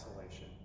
isolation